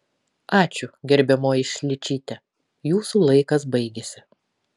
ačiū gerbiamoji šličyte jūsų laikas baigėsi